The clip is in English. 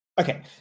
Okay